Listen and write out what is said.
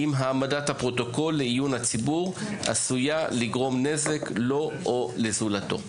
אם העמדת הפרוטוקול לעיון הציבור עשויה לגרום נזק לו או לזולתו.